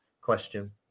question